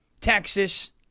Texas